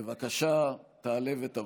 בבקשה, תעלה ותבוא.